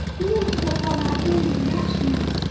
live upon our daily rations,